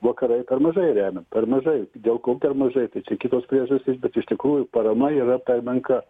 vakarai per mažai remia per mažai dėl ko per mažai tai čia kitos priežastys bet iš tikrųjų parama yra per menka